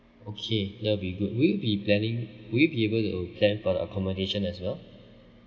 okay that'll be good would you be planning would you be able uh to plan for the accommodation as well